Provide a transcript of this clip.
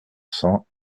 cents